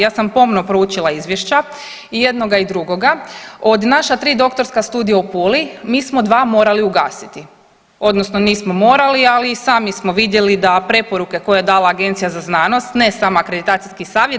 Ja sam pomno proučila izvješća i jednoga i drugoga, od naša tri doktorska studija u Puli mi smo dva morali ugasiti odnosno nismo morali, ali sami smo vidjeli da preporuke koje je dala Agencija za znanost ne samo akreditacijski savjet.